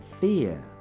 fear